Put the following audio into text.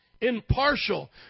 Impartial